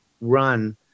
run